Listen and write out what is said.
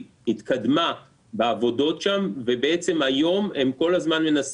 במה זה שונה הפרויקט